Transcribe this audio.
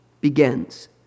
begins